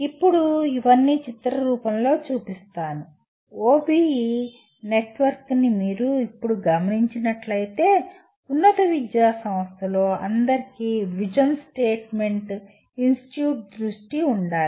ఇప్పుడు ఇవన్నీ చిత్ర రూపంలో చూపిస్తాను OBE నెట్వర్క్ని మీరు ఇప్పుడు గమనించినట్లైతే ఉన్నత విద్యా సంస్థలో అందరికీ విజన్ స్టేట్మెంట్ ఇన్స్టిట్యూట్ దృష్టి ఉండాలి